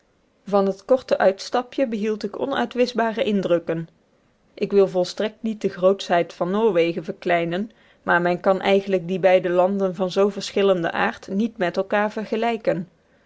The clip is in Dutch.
van het korte uitstapje behield ik onuitwischbare indrukken ik wil volstrekt niet de grootschheid van noorwegen verkleinen maar men kan eigenlijk die beide landen van zoo verschillenden aard niet met elkaar vergelijken